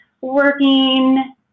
working